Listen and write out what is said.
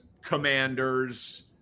Commanders